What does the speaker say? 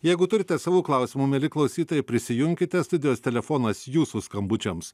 jeigu turite savų klausimų mieli klausytojai prisijunkite studijos telefonas jūsų skambučiams